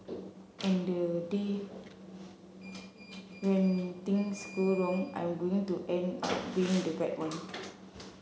and the day when things go wrong I'm going to end up being the bad one